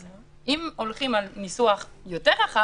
אז אם הולכים עם ניסוח יותר רחב,